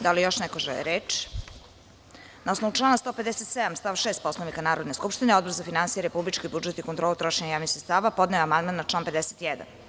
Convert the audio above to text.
Da li još neko želi reč? (Ne.) Na osnovu člana 157. stav 6. Poslovnika Narodne skupštine, Odbor za finansije, republički budžet i kontrolu trošenja namenskih sredstava podneo je amandman na član 51.